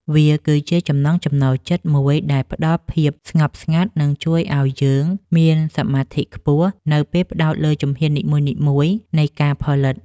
វាគឺជាចំណង់ចំណូលចិត្តមួយដែលផ្ដល់ភាពស្ងប់ស្ងាត់ និងជួយឱ្យយើងមានសមាធិខ្ពស់នៅពេលផ្ដោតលើជំហាននីមួយៗនៃការផលិត។